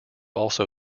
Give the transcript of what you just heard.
also